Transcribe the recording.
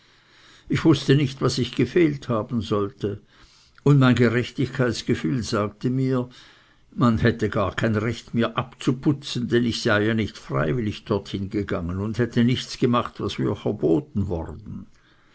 ich wußte nicht was ich gefehlt haben sollte und mein gerechtigkeitsgefühl sagte mir man hätte gar kein recht mir abzuputzen denn ich sei ja nicht freiwillig dorthin gegangen und hätte nichts gemacht was mir verboten worden